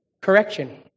Correction